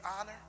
honor